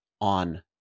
on